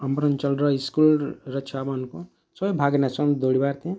ଆମର୍ ଏ ଅଞ୍ଚଳର୍ ସ୍କୁଲ୍ର ଛୁଆମାନଙ୍କୁ ସବ୍ ଭାଗ୍ ନେଇସନ୍ ଦୌଡ଼ିବାକେ